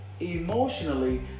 emotionally